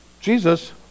Jesus